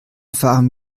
fahren